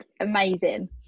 amazing